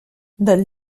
del